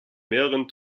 mehreren